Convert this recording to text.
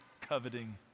coveting